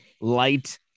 light